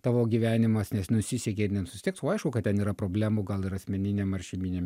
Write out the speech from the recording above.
tavo gyvenimas nenusisekė ir nenusiseks o aišku kad ten yra problemų gal ir asmeniniam ar šeiminiam